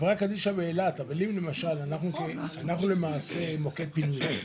לחברה קדישא באילת, אבל אנחנו מוקד פינוי.